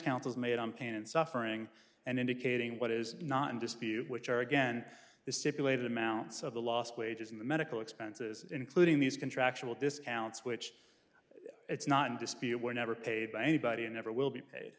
counsels made on pain and suffering and indicating what is not in dispute which are again the stipulated amounts of the lost wages in the medical expenses including these contractual discounts which it's not in dispute were never paid by anybody and never will be paid